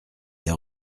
des